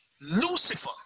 Lucifer